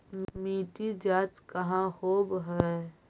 मिट्टी जाँच कहाँ होव है?